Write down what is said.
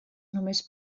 només